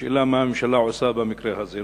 השאלה, מה הממשלה עושה במקרה הזה?